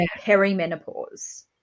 perimenopause